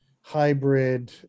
hybrid